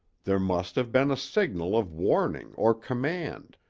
there must have been a signal of warning or command,